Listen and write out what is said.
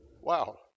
Wow